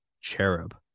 cherub